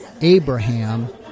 Abraham